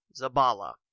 Zabala